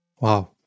Wow